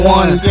one